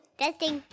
testing